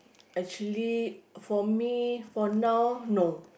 actually for me for now no